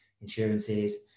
insurances